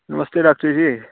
नमस्ते doctor जी